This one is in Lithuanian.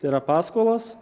tai yra paskolos